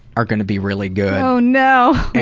are going to be really good. oh no.